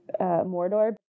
Mordor